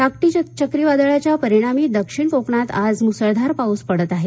टाक्टी चक्रीवादळाच्या परिणामी दक्षिण कोकणात आज मुसळधार पाऊस पडत आहे